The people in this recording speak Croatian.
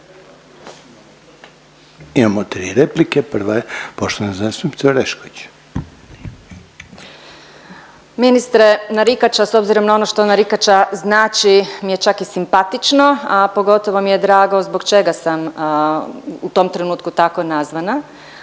Imamo 3 replike, prva je poštovane zastupnice Orešković. **Orešković, Dalija (DOSIP)** Ministre, narikača, s obzirom na ono što narikača znači, mi je čak i simpatično, a pogotovo mi je drago zbog čega sam u tom trenutku tako nazvana,